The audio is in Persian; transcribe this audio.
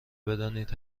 بدانید